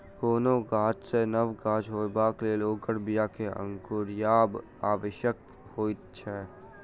कोनो गाछ सॅ नव गाछ होयबाक लेल ओकर बीया के अंकुरायब आवश्यक होइत छै